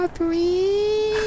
Three